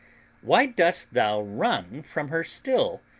why dost thou run from her still,